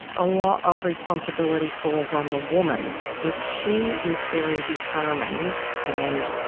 a lot of responsibility falls on the woman. if she is very determined and